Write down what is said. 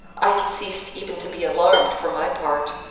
i had ceased even to be alarmed, for my part.